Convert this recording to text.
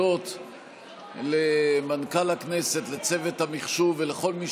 להודות למנכ"ל הכנסת, לצוות המחשוב ולכל מי